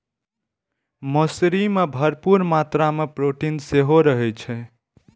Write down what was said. मौसरी मे भरपूर मात्रा मे प्रोटीन सेहो रहै छै